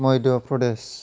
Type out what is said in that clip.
Madhya Pradesh